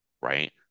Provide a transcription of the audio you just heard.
Right